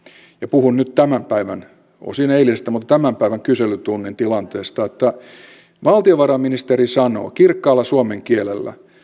puhun nyt tämän päivän osin eilisestä kyselytunnin tilanteesta että valtiovarainministeri sanoi kirkkaalla suomen kielellä